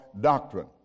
doctrine